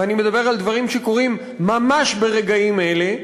אני מדבר על דברים שקורים ממש ברגעים אלה,